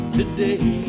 today